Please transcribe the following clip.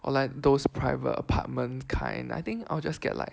or like those private apartment kind I think I'll just get like